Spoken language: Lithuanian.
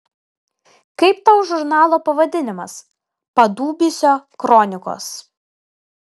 kaip tau žurnalo pavadinimas padubysio kronikos